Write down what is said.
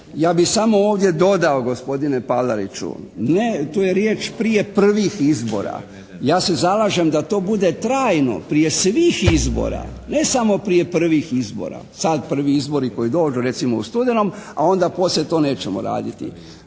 Ja bih samo ovdje dodao gospodine Palariću, tu je riječ: "prije prvih izbora". Ja se zalažem da to bude trajno prije svih izbora, ne samo prije prvih izbora. Sada prvi izbori koji dođu recimo u studenome, a onda poslije to nećemo raditi.